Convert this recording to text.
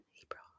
April